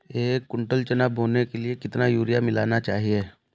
एक कुंटल चना बोने के लिए कितना यूरिया मिलाना चाहिये?